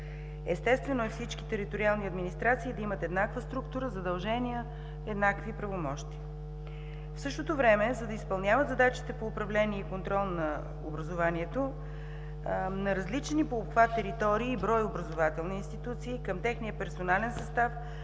Естествено е всички териториални администрации да имат еднаква структура, задължения и еднакви правомощия. В същото време, за да изпълняват задачите по управление и контрол на предучилищното и училищно образование на различни по обхват територии и брой образователни институции, към техния персонален състав